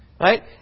Right